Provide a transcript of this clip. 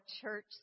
church